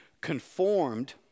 conformed